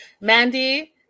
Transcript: Mandy